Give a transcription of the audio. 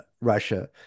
Russia